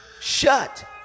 shut